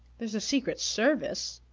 there's the secret service,